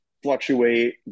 fluctuate